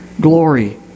glory